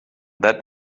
that